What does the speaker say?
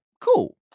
cool